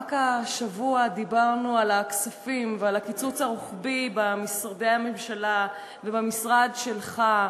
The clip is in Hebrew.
רק השבוע דיברנו על הכספים ועל הקיצוץ הרוחבי במשרדי הממשלה ובמשרד שלך,